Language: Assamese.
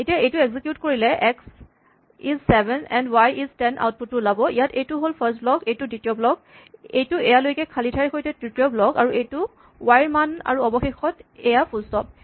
এতিয়া এইটো এক্সিকিউট কৰিলে x is seven and y is ten output টো ওলাব ইয়াত এইটো হ'ল ফাৰ্ষ্ট ব্লক এইটো দ্বিতীয় ব্লক এইটো এয়ালৈকে খালী ঠাইৰ সৈতে তৃতীয় ব্লক আৰু এইটো ৱাই ৰ মান আৰু অৱশেষত এয়া ফুল স্টপ